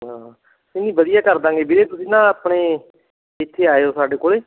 ਹਾਂ ਨਹੀਂ ਨਹੀਂ ਵਧੀਆ ਕਰ ਦਵਾਂਗੇ ਵੀਰੇ ਤੁਸੀਂ ਨਾ ਆਪਣੇ ਇੱਥੇ ਆਇਓ ਸਾਡੇ ਕੋਲ